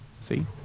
See